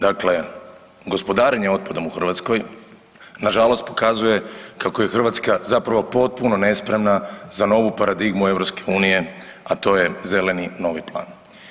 Dakle gospodarenje otpadom u Hrvatskoj nažalost pokazuje kako je Hrvatska zapravo potpuno nespremna za novu paradigmu EU, a to je Zeleni novi plan.